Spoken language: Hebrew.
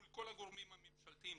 מול כל הגורמים הממשלתיים,